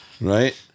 right